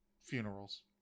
Funerals